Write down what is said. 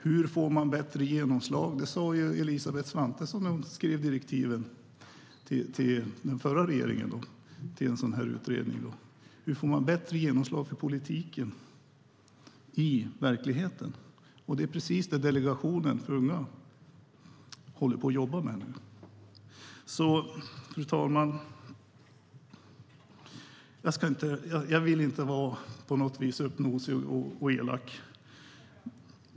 Hur får man bättre genomslag? Det sa ju Elisabeth Svantesson när hon skrev direktiven till utredningen som den förra regeringen tillsatte. Hur får man bättre genomslag för politiken i verkligheten? Det är precis det Delegationen för unga till arbete jobbar med nu. Fru talman! Jag vill inte på något vis vara uppnosig eller elak.